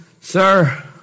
Sir